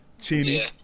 Chini